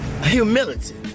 Humility